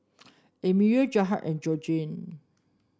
Emelia Jarrad and Georgene